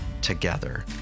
together